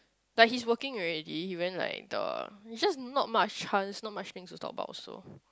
like he's working already he went like the it's just not much chance not much things to talk about also